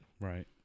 Right